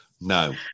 No